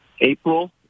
April